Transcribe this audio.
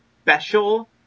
special